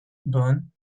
burn